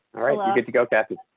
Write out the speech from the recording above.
alright, well, good to go. yep.